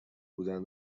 بودن